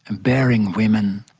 and bearing women,